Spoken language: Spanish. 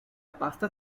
pasta